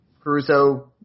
Caruso